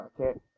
Okay